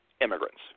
immigrants